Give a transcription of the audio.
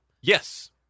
Yes